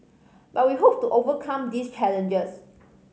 but we hope to overcome these challenges